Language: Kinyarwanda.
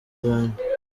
rwanda